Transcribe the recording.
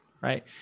right